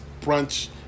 brunch